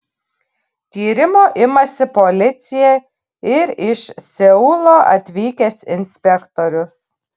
tyrimo imasi policija ir iš seulo atvykęs inspektorius